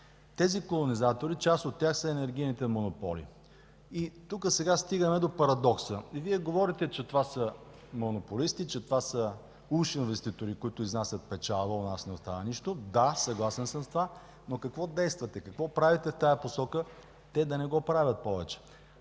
Тези колонизатори, част от тях са енергийните монополи. Тук сега стигаме до парадокса – Вие говорите, че това са монополисти, че това са уж инвеститори, които изнасят печалба, а у нас не остава нищо. Да, съгласен съм с това, но какво действате, какво правите в тази посока те да не го правят повече?